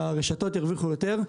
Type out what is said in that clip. יש אינטרס שהרשתות ירוויחו יותר,